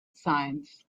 science